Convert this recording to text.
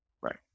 right